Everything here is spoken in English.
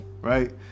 right